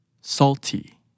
salty